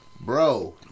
bro